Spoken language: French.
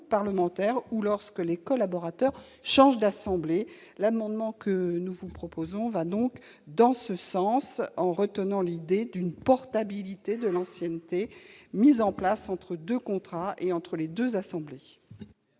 parlementaires ou quand ils changent d'assemblée. L'amendement que nous vous proposons va dans ce sens, en retenant l'idée d'une portabilité de l'ancienneté mise en place entre deux contrats et entre les deux assemblées.